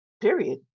period